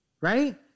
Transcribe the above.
right